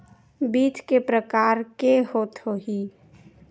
बीज के प्रकार के होत होही?